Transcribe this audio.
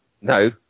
No